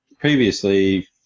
Previously